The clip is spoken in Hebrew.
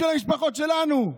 בשביל המשפחות שלנו.